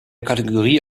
kategorie